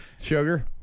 Sugar